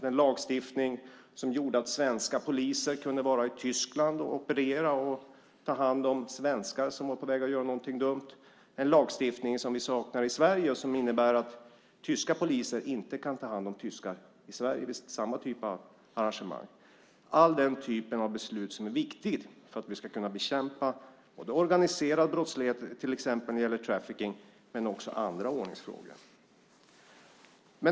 Den lagstiftning som gjorde att svenska poliser kunde operera i Tyskland och ta hand om svenskar som var på väg att göra något dumt är en lagstiftning som vi saknar i Sverige. Det innebär att tyska poliser inte kan ta hand om tyskar i Sverige vid samma typ av arrangemang. Det handlar om all den typen av beslut som är viktiga för att bekämpa både organiserad brottslighet, till exempel trafficking, och andra ordningsfrågor.